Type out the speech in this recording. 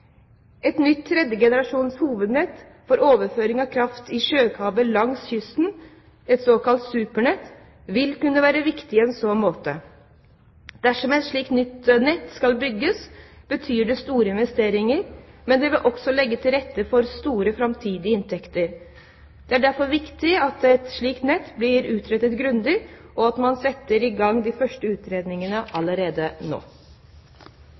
Et nytt tredje generasjons hovednett for overføring av kraft i sjøkabel langs kysten, et såkalt supernett, vil kunne være viktig i så måte. Dersom et slikt nytt nett skal bygges, betyr det store investeringer, men det vil også legge til rette for store framtidige inntekter. Det er derfor viktig at et slikt nett blir utredet grundig, og at man setter i gang de første utredningene allerede nå.